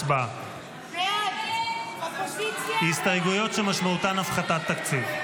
הצבעה, הסתייגויות שמשמעותן הפחתת תקציב.